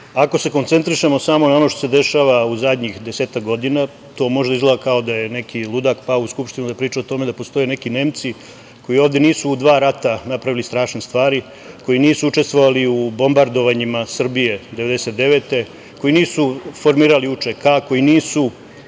Ako koncentrišemo, samo je ono što se dešava u zadnjih desetak godina to može da izgleda kao da je neki ludak pao u Skupštinu da priča o tome da postoje neki Nemci koji ovde nisu u dva rata napravili strašne stvari, koji nisu učestvovali u bombardovanjima Srbije 1999. godine, koji nisu formirali OVK, koji nisu